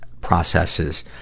processes